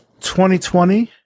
2020